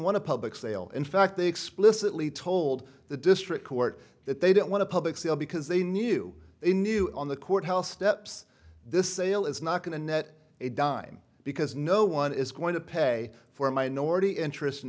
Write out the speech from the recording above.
want to public sale in fact they explicitly told the district court that they didn't want to public sale because they knew they knew on the courthouse steps this sale is not going to net a dime because no one is going to pay for a minority interest in